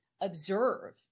observe